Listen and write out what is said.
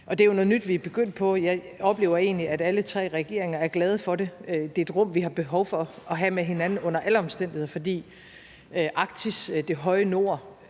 og det er jo noget nyt, vi er begyndt på. Jeg oplever egentlig, at alle tre regeringer er glade for det. Det er et rum, vi har behov for at have med hinanden under alle omstændigheder, fordi Arktis, det høje nord,